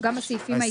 גם בסעיפים העיקריים.